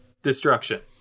Destruction